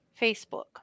facebook